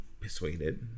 persuaded